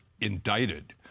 indicted